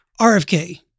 RFK